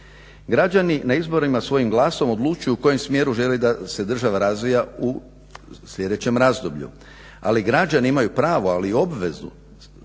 Građani na izborima svojim glasom odlučuju u kojem smjeru žele da se država razvija u sljedećem razdoblju ali građani imaju pravo ali i obvezu